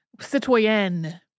citoyenne